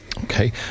Okay